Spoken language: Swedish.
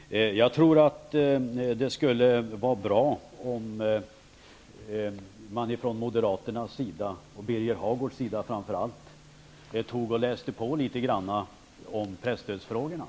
Herr talman! Jag tror att det skulle vara bra om moderaterna och framför allt Birger Hagård tog och läste på litet grand om presstödsfrågorna.